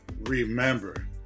remember